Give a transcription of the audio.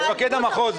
מפקד המחוז,